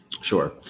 Sure